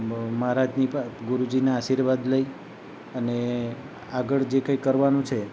આમ મહારાજની પ ગુરુજીના આશીર્વાદ લઈ અને આગળ જે કાંઈ કરવાનું છે